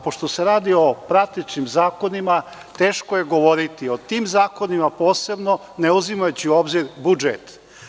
Pošto se radi o pratećim zakonima, teško je govoriti o tim zakonima posebno, ne uzimajući u obzir budžet.